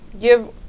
give